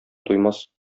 туймас